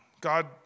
God